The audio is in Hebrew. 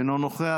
אינו נוכח,